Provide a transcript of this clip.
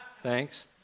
Thanks